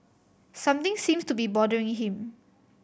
something seems to be bothering him